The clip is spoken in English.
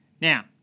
Now